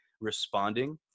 responding